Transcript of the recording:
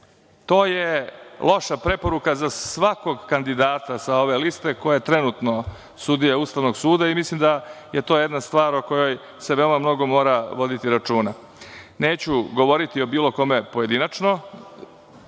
To je loša preporuka za svakog kandidata sa ove liste, ko je trenutno sudija Ustavnog suda i mislim da je to jedna stvar o kojoj se veoma mnogo voditi računa. Neću govoriti o bilo kome pojedinačno.